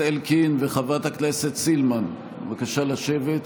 אלקין וחברת הכנסת סילמן, בבקשה לשבת.